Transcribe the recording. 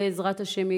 בעזרת השם,